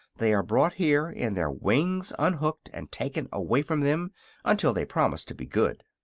they are brought here and their wings unhooked and taken away from them until they promise to be good.